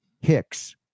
Hicks